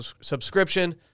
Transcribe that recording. subscription